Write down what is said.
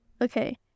Okay